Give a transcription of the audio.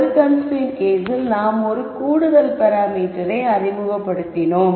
ஒரு கன்ஸ்ரைன்ட் கேஸில் நாம் ஒரு கூடுதல் பாராமீட்டர் அறிமுகப்படுத்தினோம்